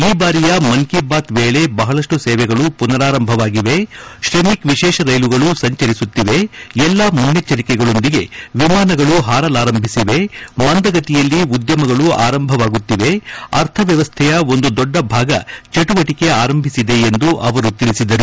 ಈ ಬಾರಿಯ ಮನ್ ಕಿ ಬಾತ್ ವೇಳೆ ಬಹಳಷ್ಟು ಸೇವೆಗಳು ಪುನರಾರಂಭವಾಗಿದೆ ಶ್ರಮಿಕ್ ವಿಶೇಷ ರೈಲುಗಳು ಸಂಚರಿಸುತ್ತಿವೆ ಎಲ್ಲಾ ಮುನ್ನೆಚ್ಚರಿಕೆಗಳೊಂದಿಗೆ ವಿಮಾನಗಳು ಪಾರಲಾರಂಭಿಸಿವೆ ಮಂದಗತಿಯಲ್ಲಿ ಉದ್ಯಮಗಳು ಆರಂಭವಾಗುತ್ತಿವೆ ಅರ್ಥವ್ಯವಸ್ವೆಯ ಒಂದು ದೊಡ್ಡ ಭಾಗ ಚಟುವಟಿಕೆ ಆರಂಭಿಸಿವೆ ಎಂದು ಅವರು ತಿಳಿಸಿದರು